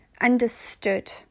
understood